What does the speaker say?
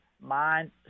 mind